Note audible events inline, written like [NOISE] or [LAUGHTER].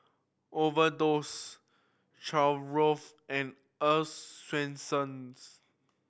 Overdose [UNINTELLIGIBLE] and Earl's Swensens